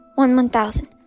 One-one-thousand